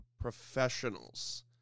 professionals